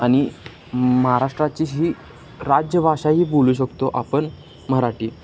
आणि महाराष्ट्राची ही राज्यभाषा ही बोलू शकतो आपण मराठी